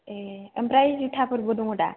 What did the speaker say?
ए ओमफ्राय जुथाफोरबो दङ दा